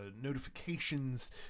notifications